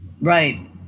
Right